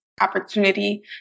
opportunity